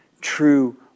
true